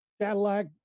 Cadillac